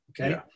Okay